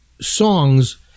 songs